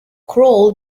kroll